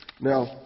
Now